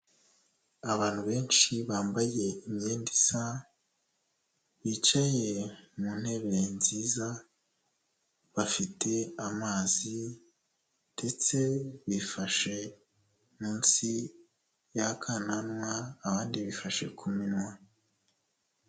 Abantu benshi bambaye imyenda isa, bicaye mu ntebe nziza, bafite amazi ndetse bifashe munsi y'akanwa, abandi bifashe ku minwa.